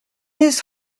his